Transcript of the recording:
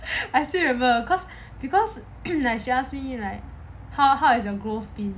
I still remember because because because like she ask me like how how is your growth in